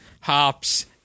hops